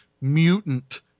mutant